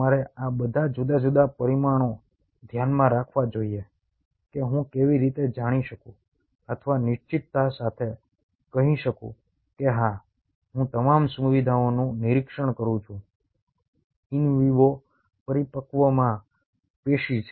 તમારે આ બધા જુદા જુદા પરિમાણો ધ્યાનમાં રાખવા જોઈએ કે હું કેવી રીતે જાણી શકું અથવા નિશ્ચિતતા સાથે કહી શકું કે હા હું તમામ સુવિધાઓનું નિરીક્ષણ કરું છું ઇન વિવોમાં પરિપક્વમાં પેશી છે